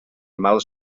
mals